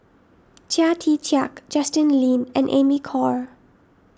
Chia Tee Chiak Justin Lean and Amy Khor